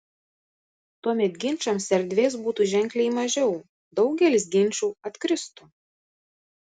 tuomet ginčams erdvės būtų ženkliai mažiau daugelis ginčų atkristų